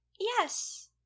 Yes